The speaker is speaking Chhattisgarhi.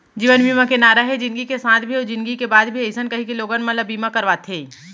जीवन बीमा के नारा हे जिनगी के साथ भी अउ जिनगी के बाद भी अइसन कहिके लोगन मन ल बीमा करवाथे